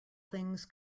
things